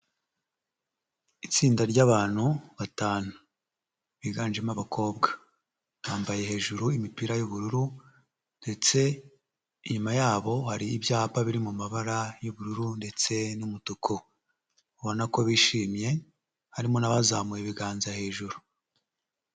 Itsinda ry'abantu batanu. Biganjemo abakobwa. Bambaye hejuru imipira y'ubururu ndetse inyuma yabo hari ibyapa biri mu mabara y'bururu ndetse n'umutuku. Ubona ko bishimye, harimo n'abazamuye ibiganza hejuru.